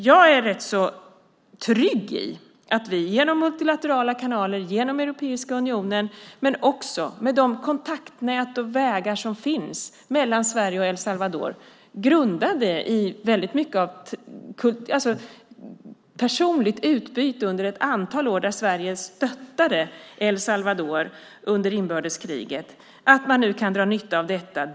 Jag känner mig rätt trygg med att vi genom multilaterala kanaler, genom Europeiska unionen och genom de kontaktnät och vägar som finns mellan Sverige och El Salvador grundade på personligt utbyte under ett antal år då Sverige stöttade El Salvador under inbördeskriget kan dra nytta av detta.